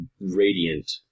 radiant